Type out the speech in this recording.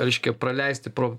reiškia praleisti pro